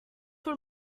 were